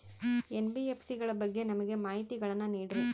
NBFC ಗಳ ಬಗ್ಗೆ ನಮಗೆ ಮಾಹಿತಿಗಳನ್ನ ನೀಡ್ರಿ?